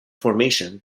formation